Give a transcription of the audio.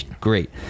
great